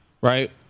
right